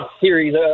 series